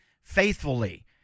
faithfully